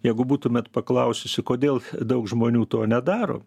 jeigu būtumėt paklaususi kodėl daug žmonių to nedaro